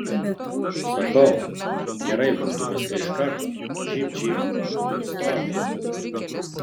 sakau gerai būtų viską iš karto žybt žybt ir stovi